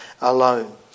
alone